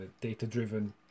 data-driven